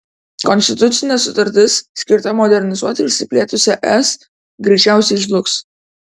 konstitucinė sutartis skirta modernizuoti išsiplėtusią es greičiausiai žlugs